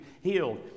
healed